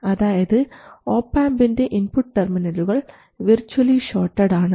അതായത് ഒപാംപിൻറെ ഇൻപുട്ട് ടെർമിനലുകൾ വിർച്ച്വലി ഷോർട്ടഡ് ആണ്